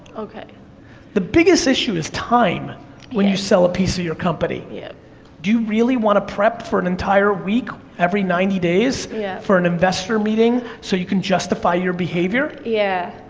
the biggest issue is time when you sell a piece of your company. yeah do you really wanna prep for an entire week every ninety days yeah for an investor meeting so you can justify your behavior? yeah,